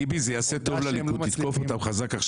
טיבי, זה יעשה טוב לליכוד תתקוף אותם חזק עכשיו.